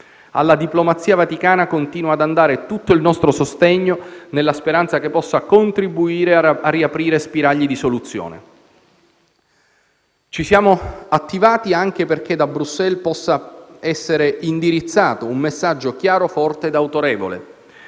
Alla diplomazia vaticana continua ad andare tutto il nostro sostegno, nella speranza che possa contribuire a riaprire spiragli di soluzione. Ci siamo attivati anche perché da Bruxelles possa essere indirizzato un messaggio chiaro, forte e autorevole.